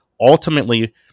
ultimately